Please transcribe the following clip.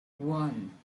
one